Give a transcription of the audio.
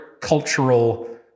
cultural